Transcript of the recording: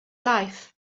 life